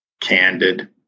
candid